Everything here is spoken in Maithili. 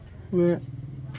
मे